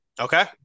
Okay